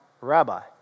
Rabbi